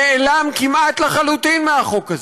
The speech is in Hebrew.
נעלם כמעט לחלוטין מהחוק הזה,